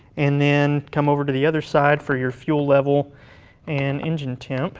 and then come over to the other side for your fuel level and engine temp